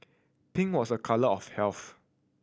pink was a colour of health